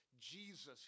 Jesus